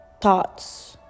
thoughts